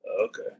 okay